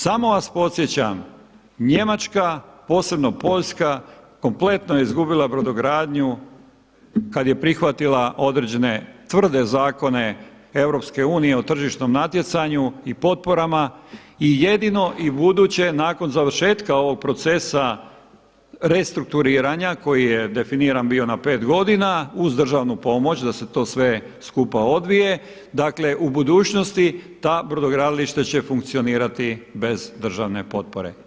Samo vas podsjećam Njemačka posebno Poljska kompletno je izgubila brodogradnju kad je prihvatila određene tvrde zakone EU o tržišnom natjecanju i potporama i jedino i buduće nakon završetka ovog procesa restrukturiranja koji je definiran bio na pet godina uz državnu pomoć da se to sve skupa odvije, dakle u budućnosti ta brodogradilišta će funkcionirati bez državne potpore.